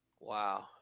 Wow